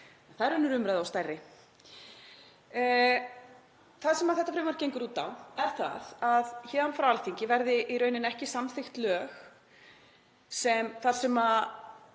það er önnur umræða og stærri. Það sem þetta frumvarp gengur út á er að héðan frá Alþingi verði í rauninni ekki samþykkt lög þar sem